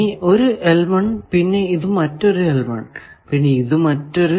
ഇത് ഒരു പിന്നെ ഇത് മറ്റൊരു പിന്നെ ഇത് മറ്റൊരു